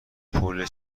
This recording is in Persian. پول